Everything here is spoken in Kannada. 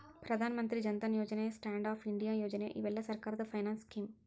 ಪ್ರಧಾನ ಮಂತ್ರಿ ಜನ್ ಧನ್ ಯೋಜನೆ ಸ್ಟ್ಯಾಂಡ್ ಅಪ್ ಇಂಡಿಯಾ ಯೋಜನೆ ಇವೆಲ್ಲ ಸರ್ಕಾರದ ಫೈನಾನ್ಸ್ ಸ್ಕೇಮ್